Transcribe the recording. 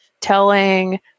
telling